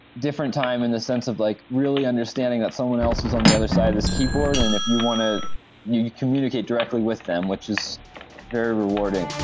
different time in the sense of like really understanding that someone else is on the other side of this keyboard. and if you want to you you communicate directly with them, which is very rewarding